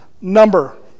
number